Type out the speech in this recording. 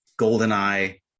GoldenEye